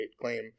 claim